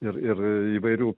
ir ir įvairių